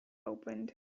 opened